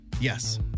Yes